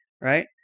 right